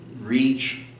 reach